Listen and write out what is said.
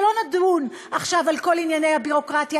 ולא נדון עכשיו בכל ענייני הביורוקרטיה,